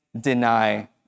deny